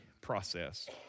process